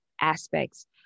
aspects